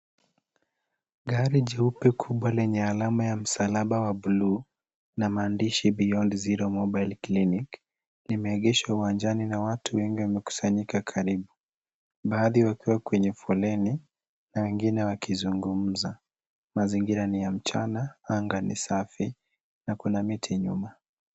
Gari jeupe kubwa lenye alama ya msalaba wa buluu na maandishi ya beyond zero clinic, limeegeshwa uwajani na watu wengi wamekusanyika karibu, baadhi wakiwa kwenye foleni, wengine wakizungumza. Mazingira ni ya mchana na anga ni safi na kuna miti nyuma.